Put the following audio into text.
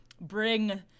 bring